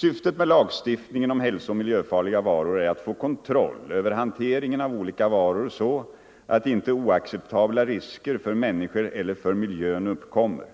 Syftet med lagstiftningen om hälsooch miljöfarliga varor är att få kontroll över hanteringen av olika varor så att inte oacceptabla risker för människor eller för miljön uppkommer.